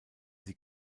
sie